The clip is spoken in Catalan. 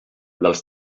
dels